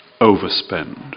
overspend